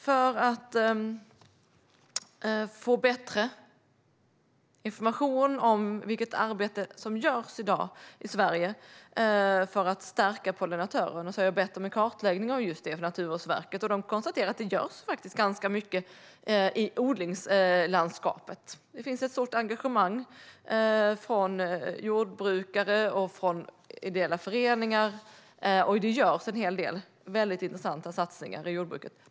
För att få bättre information om vilket arbete som görs i dag i Sverige för att stärka pollinatörerna har jag bett om en kartläggning av detta från Naturvårdsverket, och de konstaterar att det görs ganska mycket i odlingslandskapet. Det finns ett stort engagemang från jordbrukare och ideella föreningar. Det görs en hel del väldigt intressanta satsningar inom jordbruket.